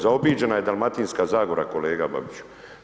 Zaobiđena je Dalmatinska zagora kolega Babiću.